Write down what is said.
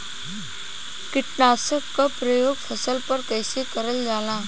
कीटनाशक क प्रयोग फसल पर कइसे करल जाला?